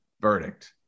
verdict